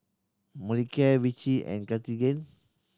Molicare Vichy and Cartigain